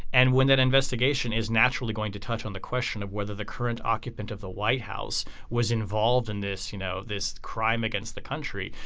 and when that investigation is naturally going to touch on the question of whether the current occupant of the white house was involved in this you know this crime against the country.